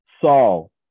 Saul